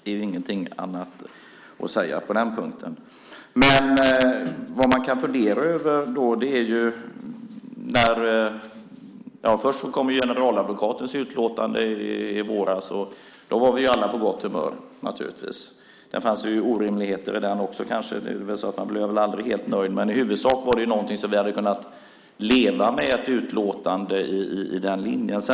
Det är ingenting annat att säga på den punkten. Vad man då kan fundera över är detta. När generaladvokatens utlåtande kom i våras var vi alla på gott humör. Det fanns orimligheter i det också - man blir väl aldrig helt nöjd - men i huvudsak var ett utlåtande i den linjen någonting som vi hade kunnat leva med.